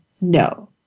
no